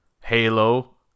Halo